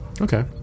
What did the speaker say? Okay